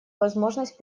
возможность